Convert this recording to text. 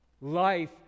life